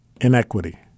inequity